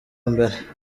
mbere